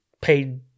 paid